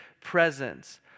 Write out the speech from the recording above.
presence